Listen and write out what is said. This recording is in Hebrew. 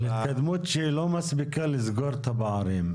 אבל התקדמות שלא מספיקה לסגור את הפערים.